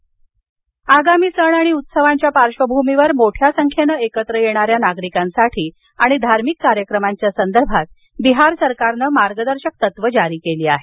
बिहार सण आगामी सण आणि उत्सवांच्या पार्श्वभूमीवर मोठ्या संख्येनं एकत्र येणाऱ्या नागरिकांसाठी आणि धार्मिक कार्यक्रमां च्या संदर्भात बिहार सरकारनं मार्गदर्शक तत्व जारी केली आहेत